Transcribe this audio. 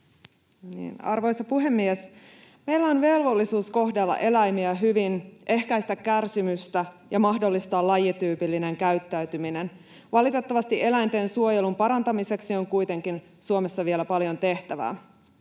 Arvoisa puhemies! Meillä on velvollisuus kohdella eläimiä hyvin, ehkäistä kärsimystä ja mahdollistaa lajityypillinen käyttäytyminen. Valitettavasti eläinten suojelun parantamiseksi on kuitenkin Suomessa vielä paljon tehtävää.